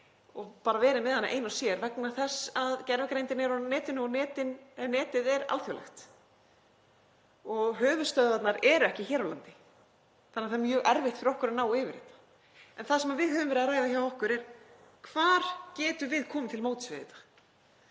og bara verið ein og sér vegna þess að gervigreindin er á netinu og netið er alþjóðlegt og höfuðstöðvarnar eru ekki hér á landi. Það er því mjög erfitt fyrir okkur að ná yfir þetta. Það sem við höfum verið að ræða hjá okkur er: Hvar getum við komið til móts við þetta?